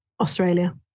australia